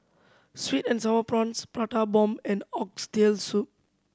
sweet and Sour Prawns Prata Bomb and Oxtail Soup